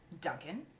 Duncan